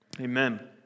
Amen